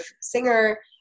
singer